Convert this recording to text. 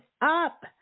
up